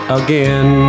again